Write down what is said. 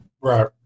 Right